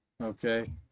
Okay